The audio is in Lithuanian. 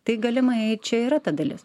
tai galimai jei čia yra ta dalis